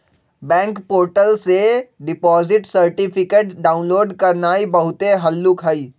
bank portal से deposit certificate download करनाइ बहुते हल्लुक हइ